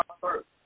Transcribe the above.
first